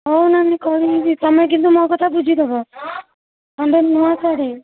ହଉ ନାନୀ କହିବିନି ତମେ କିନ୍ତୁ ମୋ କଥା ବୁଝିଦେବ ଖଣ୍ଡେ ନୂଆ ଶାଢ଼ୀ